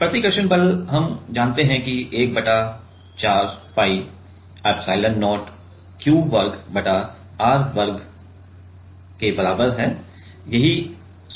प्रतिकर्षण बल हम जानते हैं कि 1 बटा 4 पाई एप्सिलॉन0 q वर्ग बटा r वर्ग है यही सूत्र है